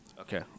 Okay